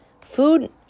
Food